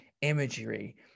imagery